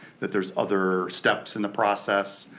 that there's other steps in the process